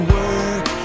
work